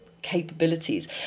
capabilities